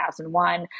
2001